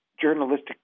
journalistic